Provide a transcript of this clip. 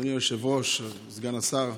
אדוני היושב-ראש, סגן השר,